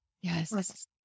Yes